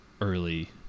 early